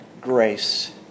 grace